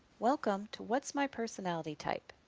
welcome to what's my personality type?